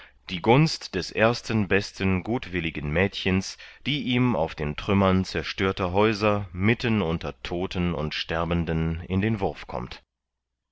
die gunst der ersten besten gutwilligen mädchens die ihm auf den trümmern zerstörter häuser mitten unter todten und sterbenden in den wurf kommt